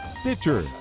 Stitcher